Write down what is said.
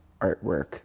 artwork